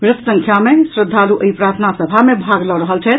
वृहत संख्या मे श्रद्धालु एहि प्रार्थना सभा मे भाग लऽ रहल छथि